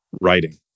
writing